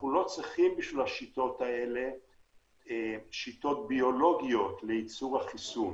אנחנו לא צריכים בשביל השיטות האלה שיטות ביולוגיות לייצור החיסון.